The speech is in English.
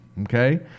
Okay